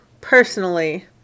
personally